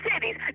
cities